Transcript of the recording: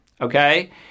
Okay